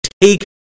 take